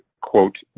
quote